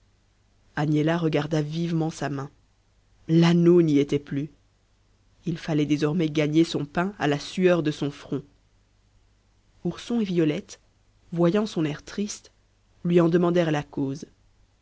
agnella regarda vivement sa main l'anneau n'y était plus il fallait désormais gagner son pain à la sueur de son front ourson et violette voyant son air triste lui en demandèrent la cause